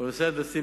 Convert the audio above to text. בנושא ההנדסי,